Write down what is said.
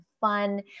fun